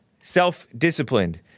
self-disciplined